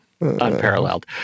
unparalleled